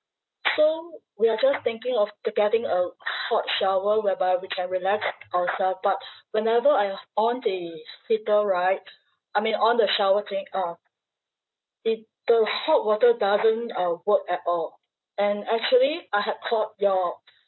so we are just thinking of to getting a hot shower whereby we can relax ourself but whenever I on the heater right I mean on the shower thing uh it the hot water doesn't uh work at all and actually I had called your